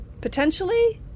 potentially